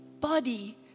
body